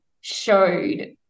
showed